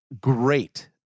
great